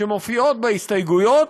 שמופיעות בהסתייגויות,